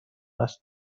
است